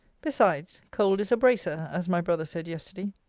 besides, cold is a bracer, as my brother said yesterday.